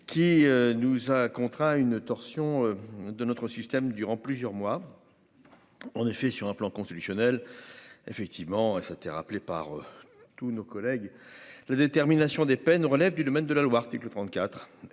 qui nous a contraints à une torsion de notre système durant plusieurs mois en effet, sur un plan constitutionnel effectivement et ça été rappelé par tous nos collègues. La détermination des peines relève du domaine de la loi article 34